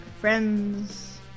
Friends